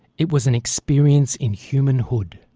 it was an experience in humanhood.